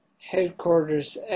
headquarters